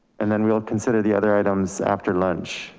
and then we'll consider the other items after lunch.